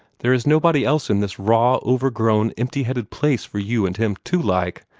there is nobody else in this raw, overgrown, empty-headed place for you and him to like,